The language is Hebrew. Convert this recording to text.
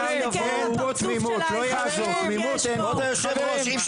לא יעזור תמימות אין פה.